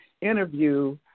interview